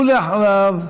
ואחריו,